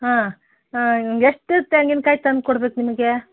ಹಾಂ ಎಷ್ಟು ತೆಂಗಿನ ಕಾಯಿ ತಂದ್ಕೊಡ್ಬೇಕು ನಿಮಗೆ